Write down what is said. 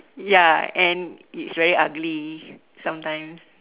ya and it's very ugly sometimes